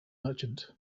merchant